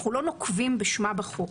אנחנו לא נוקבים בשמה בחוק